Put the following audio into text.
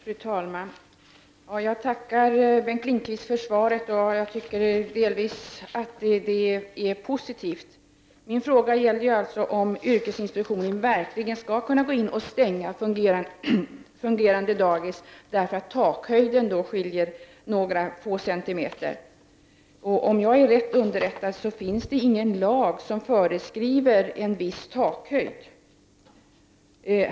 Fru talman! Jag tackar Bengt Lindqvist för svaret, och jag tycker att det delvis är positivt. Min fråga gällde om yrkesinspektionen verkligen skall kunna gå in och stänga fungerande daghem därför att takhöjden skiljer några få centimeter från normen. Om jag är rätt underrättad finns det ingen lag som föreskriver en viss takhöjd.